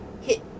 hit